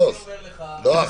יואב,